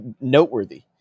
noteworthy